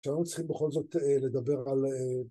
שאנחנו צריכים בכל זאת, אה... לדבר על אה...